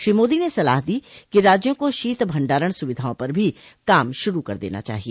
श्री मोदी ने सलाह दी कि राज्यों को शोत भंडारण सुविधाओं पर भी काम शुरू कर देना चाहिए